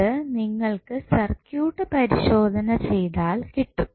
ഇത് നിങ്ങൾക്ക് സർക്യൂട്ട് പരിശോധന ചെയ്താൽ കിട്ടും